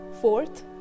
Fourth